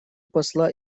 посла